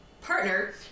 partner